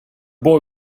boy